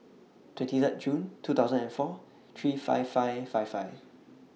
twenty Third June two thousand and four three five five five five